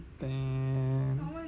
mm